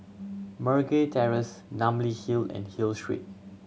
Meragi Terrace Namly Hill and Hill Street